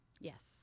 Yes